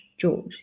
George